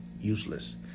useless